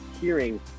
hearing